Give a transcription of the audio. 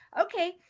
okay